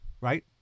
right